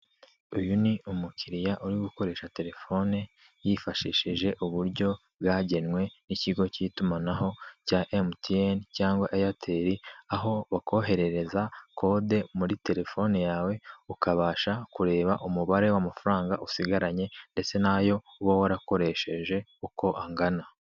Iyi ni umukiriya uri gukoresha telefone, yifashishije uburyo bwagenwe bw'ikigo cy'itumanaho cya emutiyene cyangwa eyateli, aho bakoherereza kode muri telefone yawe, ukabasha kureba umubare w'amafaranga usigaranye ndetse n'ayo uba warakoresheje uko angana.